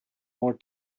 more